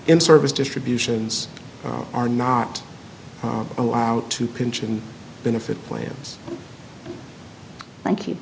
inservice distributions are not allowed to pinch and benefit plans thank you